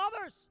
others